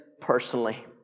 personally